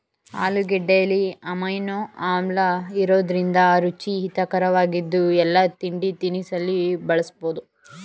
ಆಲೂಗೆಡ್ಡೆಲಿ amino ಆಮ್ಲಇರೋದ್ರಿಂದ ರುಚಿ ಹಿತರಕವಾಗಿದ್ದು ಎಲ್ಲಾ ತಿಂಡಿತಿನಿಸಲ್ಲಿ ಬಳಸ್ಬೋದು